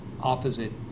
opposite